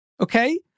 okay